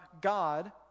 God